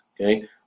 Okay